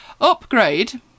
upgrade